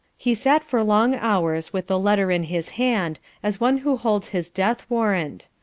he sat for long hours with the letter in his hand, as one who holds his death-warrant.